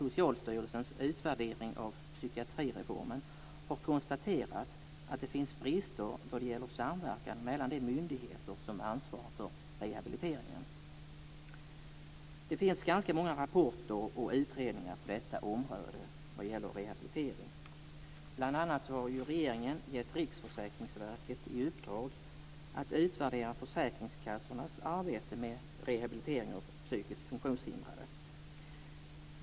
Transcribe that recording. Socialstyrelsens utvärdering av psykiatrireformen, har konstaterat att det finns brister när det gäller samverkan mellan de myndigheter som ansvarar för rehabiliteringen. Det finns ganska många rapporter och utredningar på detta område som gäller rehabilitering. Bl.a. har regeringen gett Riksförsäkringsverket i uppdrag att utvärdera försäkringskassornas arbete med rehabilitering av psykiskt funktionshindrade.